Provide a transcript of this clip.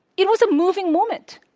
it was a moving moment.